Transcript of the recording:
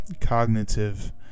cognitive